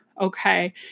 okay